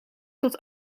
tot